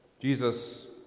jesus